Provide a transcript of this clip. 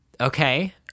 Okay